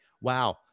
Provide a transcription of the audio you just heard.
Wow